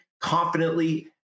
confidently